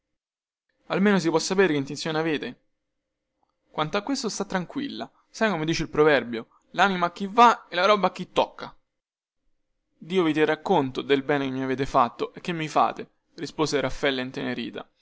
almeno si può sapere che intenzioni avete quanto a questo sta tranquilla sai come dice il proverbio lanima a chi va e la roba a chi tocca dio vi terrà conto del bene che mi avete fatto e che mi fate rispose raffaela intenerita